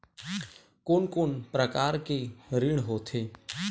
कोन कोन प्रकार के ऋण होथे?